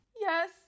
Yes